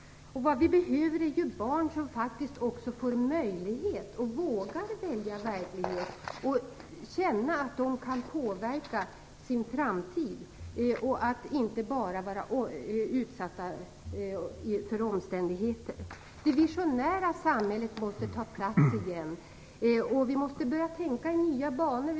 Vi behöver ju barn som faktiskt också får möjlighet och vågar välja verklighet. De måste känna att de kan påverka sin framtid och inte bara är utsatta för omständigheter. Det visionära samhället måste tas fram igen, och vi måste börja tänka i nya banor.